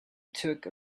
took